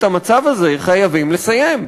את המצב הזה חייבים לסיים.